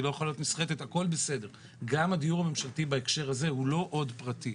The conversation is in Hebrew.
גם הדיור הממשלתי בהקשר הזה הוא לא עוד פרטי,